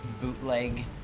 bootleg